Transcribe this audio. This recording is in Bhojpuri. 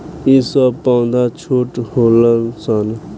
ई सब पौधा छोट होलन सन